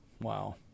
Wow